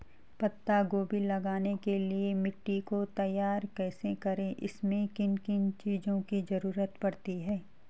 पत्ता गोभी लगाने के लिए मिट्टी को तैयार कैसे करें इसमें किन किन चीज़ों की जरूरत पड़ती है?